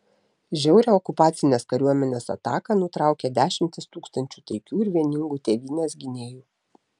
žiaurią okupacinės kariuomenės ataką nutraukė dešimtys tūkstančių taikių ir vieningų tėvynės gynėjų